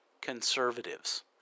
conservatives